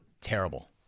Terrible